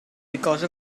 because